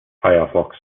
firefox